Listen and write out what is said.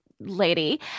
lady